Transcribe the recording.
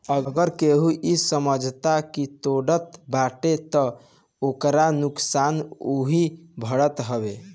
अगर केहू इ समझौता के तोड़त बाटे तअ ओकर नुकसान उहे भरत हवे